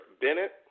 Bennett